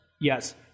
Yes